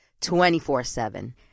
24-7